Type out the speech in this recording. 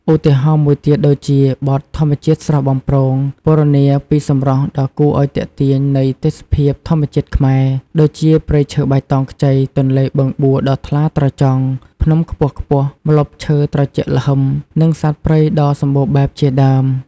ឧទាហរណ៍មួយទៀតដូចជាបទ "ធម្មជាតិស្រស់បំព្រង" ពណ៌នាពីសម្រស់ដ៏គួរឲ្យទាក់ទាញនៃទេសភាពធម្មជាតិខ្មែរ ដូចជាព្រៃឈើបៃតងខ្ចី ទន្លេបឹងបួដ៏ថ្លាត្រចង់ ភ្នំខ្ពស់ៗ ម្លប់ឈើត្រជាក់ល្ហឹម និងសត្វព្រៃដ៏សម្បូរបែបជាដើម។